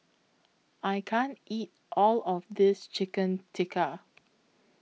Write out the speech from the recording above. I can't eat All of This Chicken Tikka